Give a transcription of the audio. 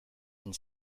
and